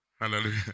Hallelujah